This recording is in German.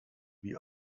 wie